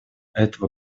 этого